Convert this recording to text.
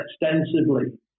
extensively